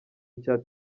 icya